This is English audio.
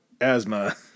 asthma